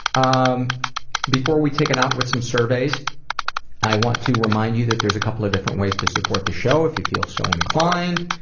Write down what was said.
um before we take it out with some surveys i want to remind you that there's a couple of different ways to support this show if you feel so inclined.